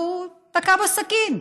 והוא תקע בו סכין,